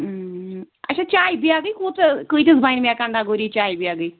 اَچھا چاے بیگٕے کوٗتاہ کۭتِس بَنہِ مےٚ کَنڈا گوری چایہِ بیگٕے